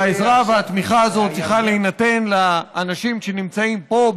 והעזרה והתמיכה האלה צריכים להינתן לאנשים שנמצאים פה,